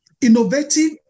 innovative